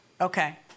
Okay